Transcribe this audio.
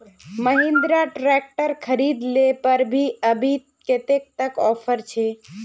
Mahindra tractor खरीद ले पर अभी कतेक तक ऑफर छे?